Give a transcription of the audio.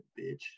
bitch